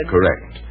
Correct